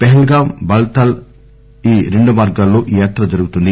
పహల్ గావ్ Baltal రెండు మార్దాల్లో ఈ యాత్ర జరుగుతుంది